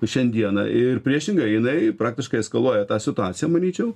šiandieną ir priešingai jinai praktiškai eskaluoja tą situaciją manyčiau